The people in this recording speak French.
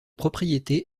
propriété